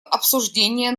обсуждения